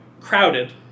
crowded